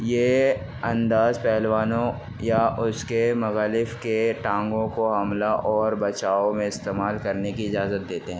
یہ انداز پہلوانوں یا اس کے مخالف کے ٹانگوں کو حملہ اور بچاوٴ میں استعمال کرنے کی اجازت دیتے ہیں